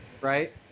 right